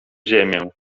ziemię